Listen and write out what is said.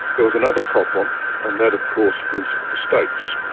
there was another problem and that, of course, was the states.